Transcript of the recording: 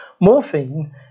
Morphine